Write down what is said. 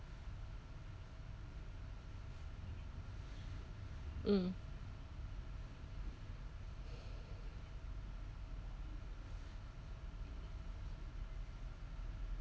mm